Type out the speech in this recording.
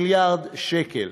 מיליארד שקל.